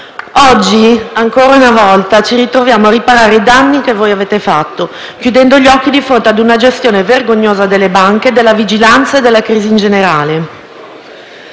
Oggi, ancora una volta, ci troviamo a riparare i danni che voi avete fatto chiudendo gli occhi di fronte a una gestione vergognosa delle banche, della vigilanza e delle crisi in generale.